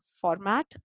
format